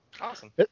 awesome